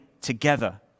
together